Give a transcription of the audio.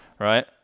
Right